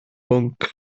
bwnc